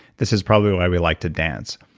this is probably why we like to dance.